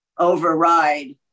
override